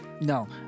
No